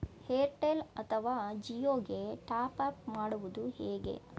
Airtel ಅಥವಾ ಜಿಯೊ ಗೆ top up ಮಾಡುವುದು ಹೇಗೆ?